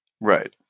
Right